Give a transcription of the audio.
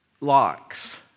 locks